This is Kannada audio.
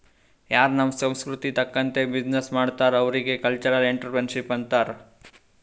ಯಾರೂ ನಮ್ ಸಂಸ್ಕೃತಿ ತಕಂತ್ತೆ ಬಿಸಿನ್ನೆಸ್ ಮಾಡ್ತಾರ್ ಅವ್ರಿಗ ಕಲ್ಚರಲ್ ಇಂಟ್ರಪ್ರಿನರ್ಶಿಪ್ ಅಂತಾರ್